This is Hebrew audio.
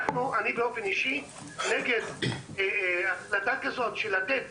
אני באופן אישי נגד החלטה כזו של לתת